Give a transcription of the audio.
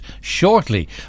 shortly